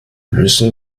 müssen